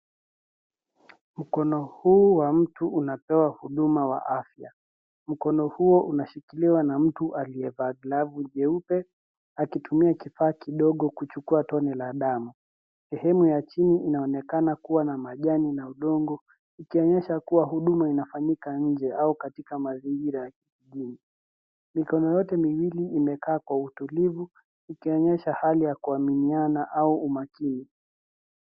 Mkono huu wa mtu unapewa huduma wa afya. Mkono huo unashikiliwa na mtu aliyevaa glavu jeupe akitumia kifaa kidogo kuchukua tone la damu. Sehemu ya chini inaonekana kuwa na majani na udongo, ikionyesha kuwa huduma inafanyika nje au katika mazingira ya kijijini. Mikono yote miwili imekaa kwa utulivu, ikionyesha hali ya kuaminiana au umakini.